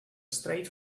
straight